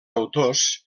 autors